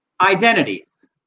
identities